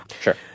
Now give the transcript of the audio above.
sure